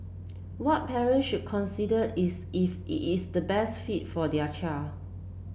what parent should consider is if is the best fit for their child